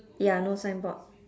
ya no signboard